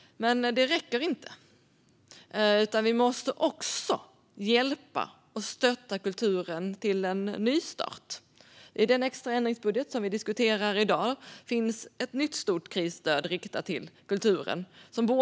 Men det räcker inte, utan vi måste också hjälpa och stötta kulturen till en nystart. I den extra ändringsbudget som vi diskuterar i dag finns ett nytt stort krisstöd riktat till kulturen.